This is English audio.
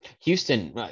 Houston